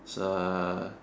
so ah